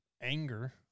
anger